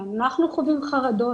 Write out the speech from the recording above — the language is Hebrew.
ואנחנו חווים חרדות